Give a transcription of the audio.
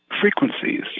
frequencies